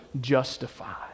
justified